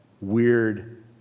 weird